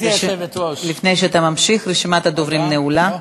לפני שאתה ממשיך, רשימת הדוברים נעולה.